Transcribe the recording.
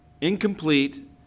incomplete